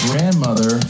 Grandmother